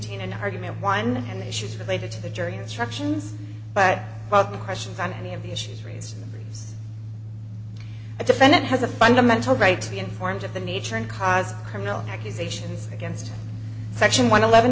in an argument whine and issues related to the jury instructions but one of the questions on any of the issues raised a defendant has a fundamental right to be informed of the nature and cause criminal accusations against section one